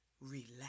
Relax